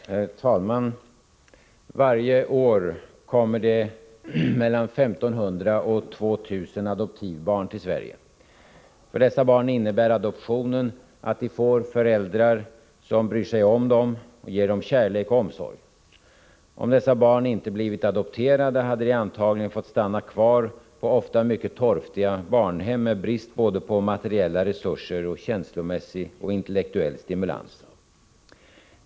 Herr talman! Varje år kommer det mellan 1 500 och 2 000 adoptivbarn till Sverige. För dessa barn innebär adoptionen att de får föräldrar som bryr sig om dem och ger dem kärlek och omsorg. Om dessa barn inte blivit adopterade hade de antagligen fått stanna kvar på ofta mycket torftiga barnhem med brist både på materiella resurser och känslomässig och intellektuell stimulans.